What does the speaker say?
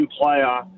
player